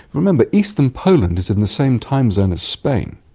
remember, eastern poland is in the same time zone as spain,